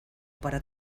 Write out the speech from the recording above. para